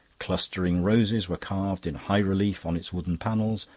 clustering roses were carved in high relief on its wooden panels,